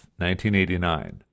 1989